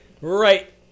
Right